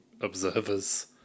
observers